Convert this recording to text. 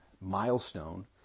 Milestone